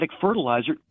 fertilizer